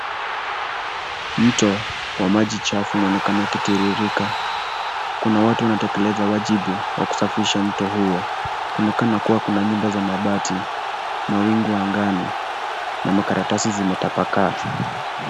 Mto wa maji chafu unaonekana ukitiririka. Kuna watu wanatekeleza wajibu wa kusafisha mto huo. Kuonekana kuwa kuna nyumba za mabati, mawingu angani na makaratasi zimetapakaa.